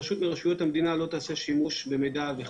רשות מרשויות המדינה לא תעשה שימוש במידע.